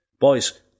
Boys